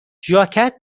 ژاکت